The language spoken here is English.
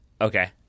Okay